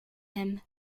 him